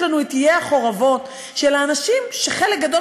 יש לנו עיי החורבות של אנשים שחלק גדול